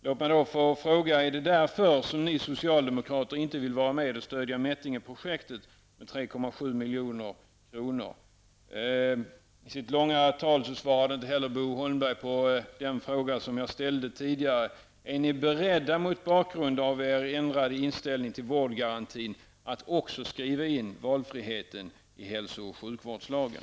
Låt mig då fråga: Är det därför som ni socialdemokrater inte vill vara med och stödja I sitt långa tal svarade Bo Holmberg inte heller på den fråga jag tidigare ställde: Är ni mot bakgrund av er ändrade inställning till vårdgarantin beredda att också skriva in valfriheten i hälso och sjukvårdslagen?